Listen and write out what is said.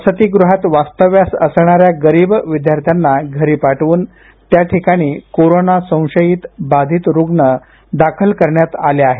वसतिगृहात वास्तव्यास असणाऱ्या गरीब विद्यार्थ्यांना घरी पाठवून त्याठिकाणी कोरोना संशयीत बाधित रुग्ण दाखल करण्यात आले आहे